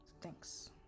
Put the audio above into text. thanks